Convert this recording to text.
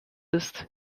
ist